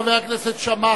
חבר הכנסת שאמה,